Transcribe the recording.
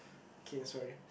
okay sorry